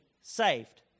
saved